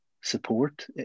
support